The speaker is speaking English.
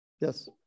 yes